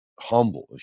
Humble